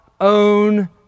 own